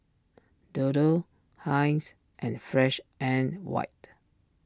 Dodo Heinz and Fresh and White